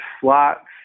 slots